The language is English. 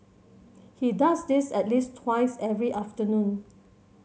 he does this at least twice every afternoon